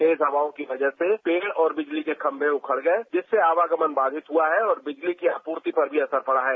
तेज हवाओं की वजह से पेड़ और बिजली के खम्भे उखड़ गए जिससे आवागमन बाधित हुआ है और बिजली की आपूर्ति पर भी असर पड़ा है